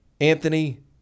Anthony